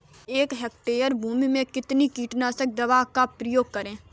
एक हेक्टेयर भूमि में कितनी कीटनाशक दवा का प्रयोग करें?